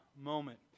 moment